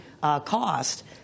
cost